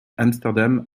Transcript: amsterdam